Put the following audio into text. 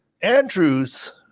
Andrews